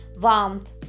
warmth